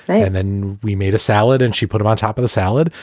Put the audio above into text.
and then we made a salad and she put it on top of the salad.